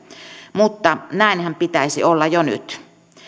mutta näinhän pitäisi olla jo nyt